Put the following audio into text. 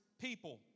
people